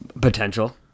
potential